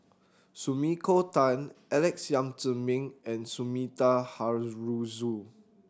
Sumiko Tan Alex Yam Ziming and Sumida Haruzo